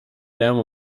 lärm